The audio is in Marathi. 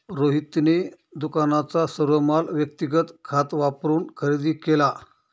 रोहितने दुकानाचा सर्व माल व्यक्तिगत खात वापरून खरेदी केला